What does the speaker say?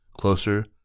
closer